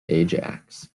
ajax